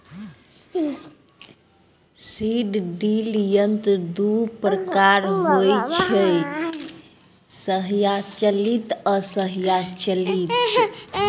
seed drill यंत्र दू प्रकारक होइत छै, हस्तचालित आ स्वचालित